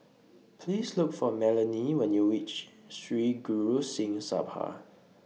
Please Look For Melonie when YOU REACH Sri Guru Singh Sabha